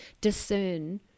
discern